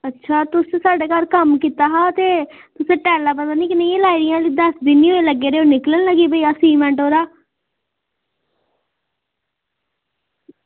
अच्छा तुस साढ़े घर कम्म कीता हा ते तुसें टाइलां पता निं कनेहियां लाई दियां ऐल्ली दस दिन निं होए लग्गे दे ओह् निकलन लग्गी पेआ सीमेंट ओह्दा